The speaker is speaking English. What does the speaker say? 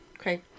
Okay